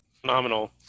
Phenomenal